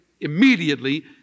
immediately